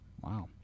wow